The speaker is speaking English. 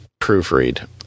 proofread